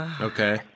Okay